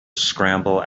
scramble